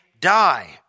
die